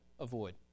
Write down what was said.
avoid